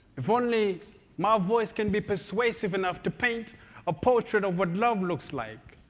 if only my voice can be persuasive enough to paint a portrait of what love looks like.